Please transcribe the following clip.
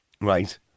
Right